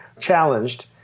challenged